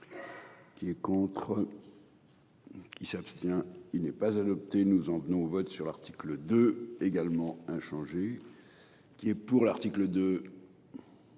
Qui est contre. Il s'abstient. Il n'est pas adopté. Nous en venons au vote sur l'article 2 également inchangé. Qui est pour l'article 2.